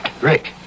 Rick